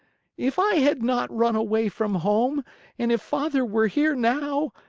if i had not run away from home and if father were here now,